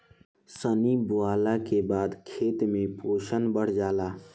सनइ बोअला के बाद खेत में पोषण बढ़ जाला